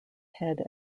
head